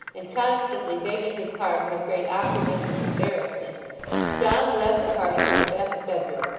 and constantly begging his pardon with great awkwardness and embarrassment john led the party to the best bedroom,